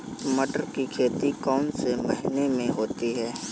मटर की खेती कौन से महीने में होती है?